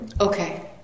Okay